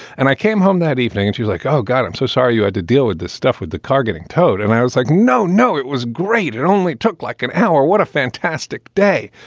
and i came home that evening and she's like, oh, god, i'm so sorry you had to deal with this stuff with the car getting towed. and i was like, no, no, it was great. it only took like an hour. what a fantastic day.